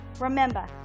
Remember